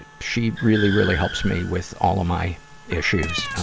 and she really, really helps me with all of my issues.